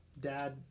dad